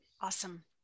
Awesome